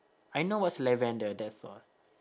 I know what's lavender that's all